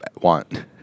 want